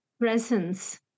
presence